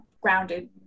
grounded